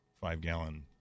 five-gallon